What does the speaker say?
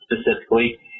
specifically